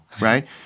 right